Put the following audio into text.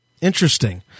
Interesting